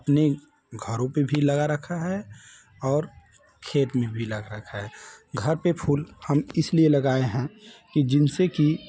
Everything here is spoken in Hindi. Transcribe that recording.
अपने घरों पर भी लगा रखा है और खेत में भी लगा रखा है घर पर फूल हम इसलिए लगाए हैं कि जिनसे की